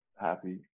happy